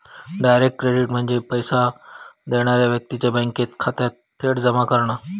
direct credit म्हणजे पैसो देणारा व्यक्तीच्यो बँक खात्यात थेट जमा करणा